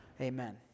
Amen